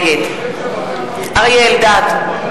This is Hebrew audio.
נגד אריה אלדד,